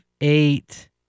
eight